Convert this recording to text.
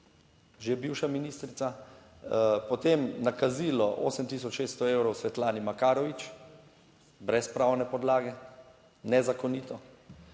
že bivša ministrica, potem nakazilo 8600 evrov Svetlani Makarovič, brez pravne podlage, nezakonito